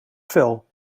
fel